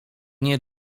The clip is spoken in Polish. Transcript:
nie